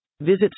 Visit